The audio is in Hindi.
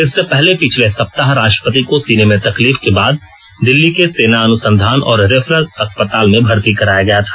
इससे पहले पिछले सप्ताह राष्ट्रपति को सीने में तकलीफ के बाद दिल्ली के सेना अनुसंधान और रेफरल अस्पताल में भर्ती कराया गया था